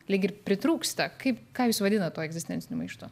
lyg ir pritrūksta kaip ką jūs vadinat tuo egzistenciniu maištu